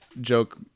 joke